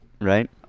right